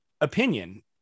opinion